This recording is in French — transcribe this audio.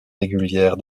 régulière